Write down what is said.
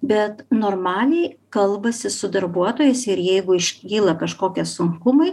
bet normaliai kalbasi su darbuotojais ir jeigu iškyla kažkokie sunkumai